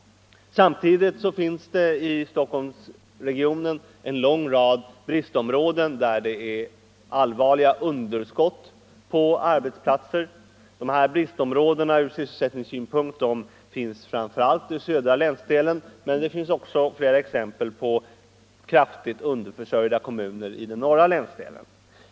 Samtidigt har man i Stockholmsregionen en lång rad bristområden, där det är allvarliga underskott på arbetsplatser. Dessa områden med underskott i sysselsättningshänseende ligger framför allt i den södra länsdelen, men det finns också flera exempel på kraftigt underförsörjda kommuner i den norra länsdelen.